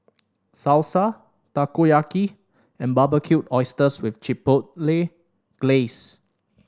Salsa Takoyaki and Barbecued Oysters with Chipotle Glaze